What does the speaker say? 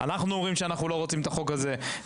אנחנו אומרים שאנחנו לא רוצים את החוק הזה,